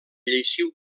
lleixiu